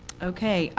ok,